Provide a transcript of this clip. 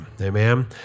amen